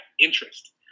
interest